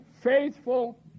faithful